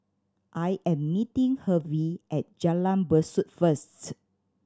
I am meeting Hervey at Jalan Besut first